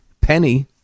Penny